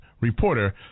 reporter